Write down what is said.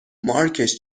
مارکش